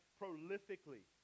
prolifically